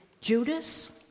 Judas